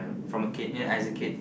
from a kid eh as a kid